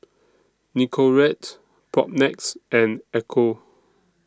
Nicorette Propnex and Ecco